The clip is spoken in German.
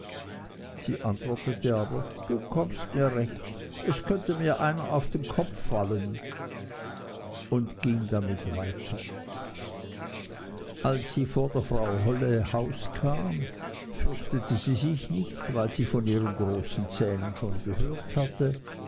sie antwortete aber du kommst mir recht es könnte mir einer auf den kopf fallen und ging damit weiter als sie vor der frau holle haus kam fürchtete sie sich nicht weil sie von ihren großen zähnen schon gehört hatte